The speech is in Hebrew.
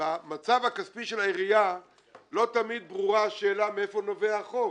במצב הכספי שלה עירייה לא תמיד ברורה השאלה מאיפה נובע החוב